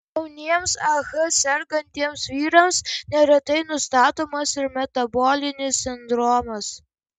jauniems ah sergantiems vyrams neretai nustatomas ir metabolinis sindromas